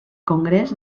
congrés